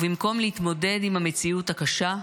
ובמקום להתמודד עם המציאות הקשה,